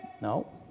No